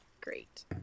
great